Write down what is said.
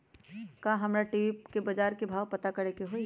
का हमरा टी.वी पर बजार के भाव पता करे के होई?